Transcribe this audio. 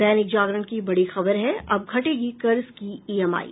दैनिक जागरण की बड़ी खबर है अब घटेगी कर्ज की ईएमआई